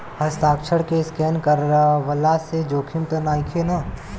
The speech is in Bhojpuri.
हस्ताक्षर के स्केन करवला से जोखिम त नइखे न?